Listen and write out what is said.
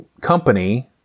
company